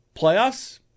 playoffs –